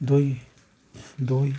দই দই